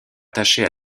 attachés